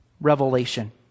revelation